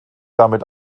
damit